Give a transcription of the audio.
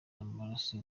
amaraso